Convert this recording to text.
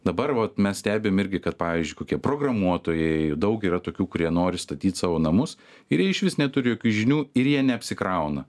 dabar vat mes stebim irgi kad pavyzdžiui kokie programuotojai daug yra tokių kurie nori statyt savo namus ir jie išvis neturi jokių žinių ir jie neapsikrauna